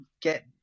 get